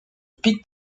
pic